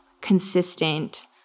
consistent